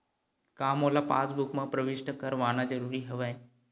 का मोला पासबुक म प्रविष्ट करवाना ज़रूरी हवय?